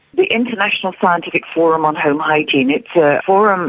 the international scientific forum on home hygiene, it's a forum,